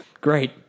great